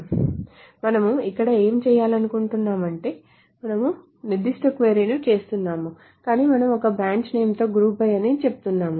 కాబట్టి మనము ఇక్కడ ఏమి చేయాలనుకుంటున్నాము అంటే మనము నిర్దిష్ట క్వరీ ను చేస్తున్నాము కానీ మనము ఒక బ్రాంచ్ నేమ్ తో group by అని చెప్తున్నాము